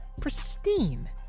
pristine